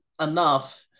enough